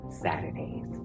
Saturdays